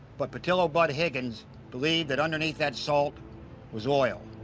but patillo bud higgins believed that underneath that salt was oil.